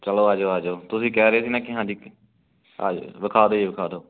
ਚੱਲੋ ਆ ਜਾਓ ਆ ਜਾਓ ਤੁਸੀਂ ਕਹਿ ਰਹੇ ਸੀ ਨਾ ਕੀ ਹਾਂਜੀ ਆ ਜਾਓ ਵਿਖਾ ਦਿਓ ਜੀ ਵਿਖਾ ਦਿਓ